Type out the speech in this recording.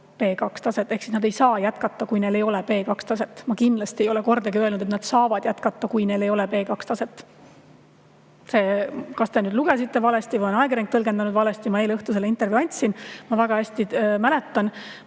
B2-taset, ja nad ei saa jätkata, kui neil ei ole B2-taset. Ma kindlasti ei ole kordagi öelnud, et nad saavad jätkata, kui neil ei ole B2-taset. Kas te lugesite valesti või on ajakirjanik tõlgendanud valesti. Ma eile õhtul selle intervjuu andsin, ma väga hästi mäletan.